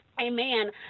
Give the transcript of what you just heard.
Amen